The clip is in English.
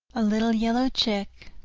a little yellow chick,